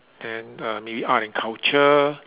and the art and culture